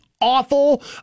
awful